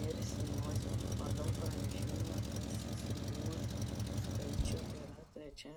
jersiniozė pagal pranešimų apie susirgimus skaičių yra trečia